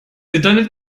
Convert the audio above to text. internet